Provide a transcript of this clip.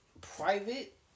private